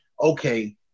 Okay